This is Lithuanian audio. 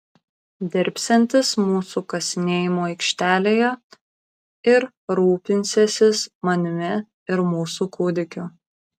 dirbsiantis mūsų kasinėjimų aikštelėje ir rūpinsiąsis manimi ir mūsų kūdikiu